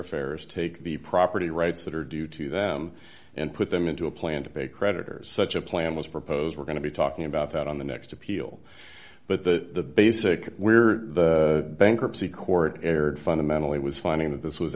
affairs take the property rights that are due to them and put them into a plan to pay creditors such a plan was proposed we're going to be talking about that on the next appeal but the basic where the bankruptcy court erred fundamentally was finding that this was